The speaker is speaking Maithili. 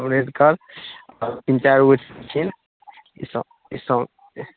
अम्बेडकर तीन चारिगो छथिन इसब इसब